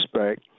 respect